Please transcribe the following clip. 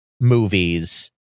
movies